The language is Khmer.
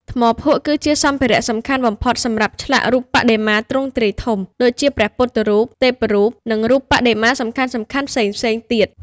ថ្មភក់ គឺជាសម្ភារៈសំខាន់បំផុតសម្រាប់ឆ្លាក់រូបបដិមាទ្រង់ទ្រាយធំ ដូចជាព្រះពុទ្ធរូប ទេពរូប និងរូបបដិមាសំខាន់ៗផ្សេងៗទៀត។